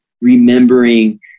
remembering